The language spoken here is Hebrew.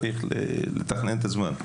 צריך לתכנן את הזמן.